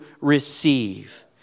receive